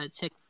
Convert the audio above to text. check